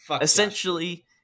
essentially